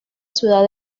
ciudad